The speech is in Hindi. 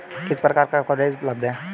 किस प्रकार का कवरेज उपलब्ध है?